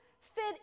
fit